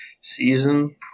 season